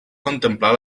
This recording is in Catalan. contemplar